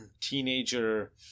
teenager